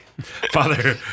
Father